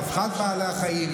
רווחת בעלי החיים,